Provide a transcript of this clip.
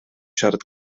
siarad